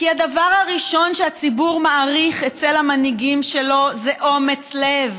כי הדבר הראשון שהציבור מעריך אצל המנהיגים שלו זה אומץ לב,